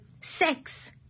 sex